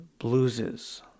Blueses